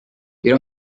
you